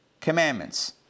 commandments